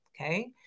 Okay